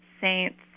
saints